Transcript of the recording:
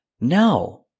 no